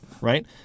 right